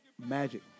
Magic